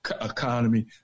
economy